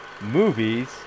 Movies